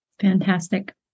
Fantastic